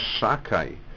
shakai